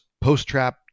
post-trap